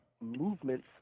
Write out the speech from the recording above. movements